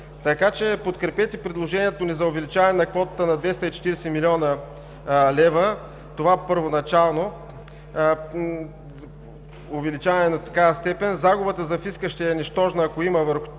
така че подкрепете предложението ни за увеличаване на квотата на 240 млн. лв. При това първоначално увеличаване на такава степен загубата за фиска ще е нищожна. Ако има въобще